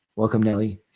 welcome, nellie.